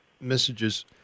messages